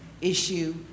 issue